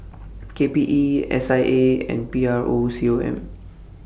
K P E S I A and P R O C O M